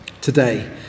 today